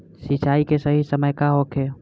सिंचाई के सही समय का होखे?